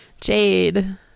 Jade